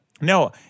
No